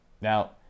Now